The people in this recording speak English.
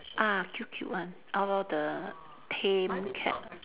ah cute cute one all the tame cat